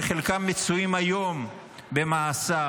שחלקם מצויים היום במאסר,